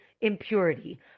impurity